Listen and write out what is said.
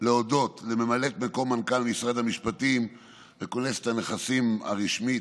להודות לממלאת מקום מנכ"ל משרד המשפטים וכונסת הנכסים הרשמית,